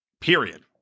period